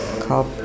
cup